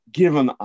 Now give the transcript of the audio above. given